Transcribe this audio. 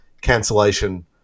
cancellation